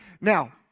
Now